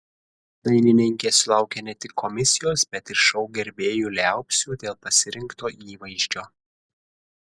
dainininkė sulaukė ne tik komisijos bet ir šou gerbėjų liaupsių dėl pasirinkto įvaizdžio